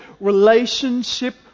relationship